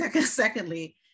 Secondly